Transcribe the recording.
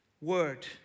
word